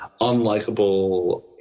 unlikable